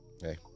hey